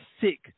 sick